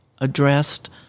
addressed